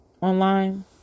online